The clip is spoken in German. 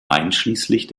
einschließlich